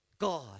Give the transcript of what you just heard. God